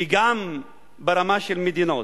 וגם ברמה של מדינות.